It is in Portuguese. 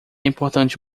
importante